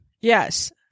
Yes